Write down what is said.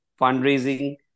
fundraising